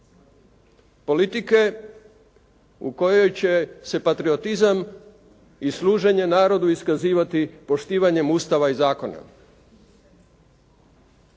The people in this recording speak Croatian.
politike u kojoj će se patriotizam i služenje narodu iskazivati poštivanjem Ustava i zakona.